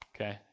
okay